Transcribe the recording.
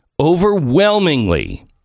Overwhelmingly